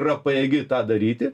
yra pajėgi tą daryti